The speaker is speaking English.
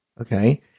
Okay